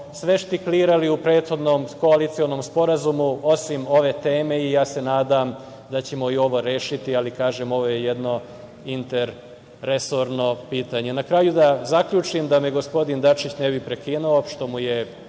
sve štiklirali u prethodnom koalicionom sporazumu, osim ove teme. Ja se nadam da ćemo i ovo rešiti, ali kažem, ovo je jedno inter-resorno pitanje. Na kraju da zaključim, da me gospodin Dačić ne bi prekinuo, što mu je